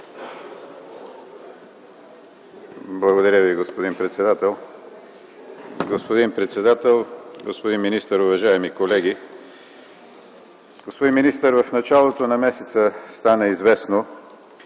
Благодаря Ви, господин председател. Господин председател, господин министър, уважаеми колеги! Господин министър, в началото на месеца стана известно,